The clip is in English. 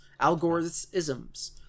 algorithms